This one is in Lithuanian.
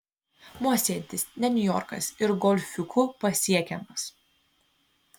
mosėdis ne niujorkas ir golfiuku pasiekiamas